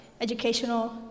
educational